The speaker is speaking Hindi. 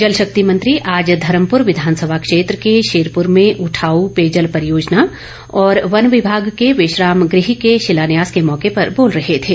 जलशक्ति मंत्री आज धर्मपुर विधानसभा क्षेत्र के शेरपुर में उठाऊ पेयजल परियोजना और वनविभाग के विश्राम गृह के शिलान्यास के मौके पर बोल रहे थे